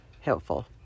helpful